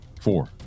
four